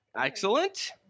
Excellent